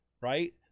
right